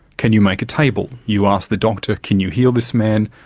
can you make a table? you asked the doctor, can you heal this man?